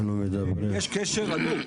יש קשר הדוק.